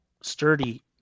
sturdy